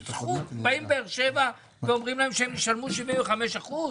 באים לבאר שבע ואומרים להם שהם ישלמו 75% אחוז,